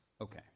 Okay